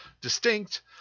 distinct